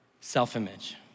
Self-image